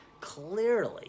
Clearly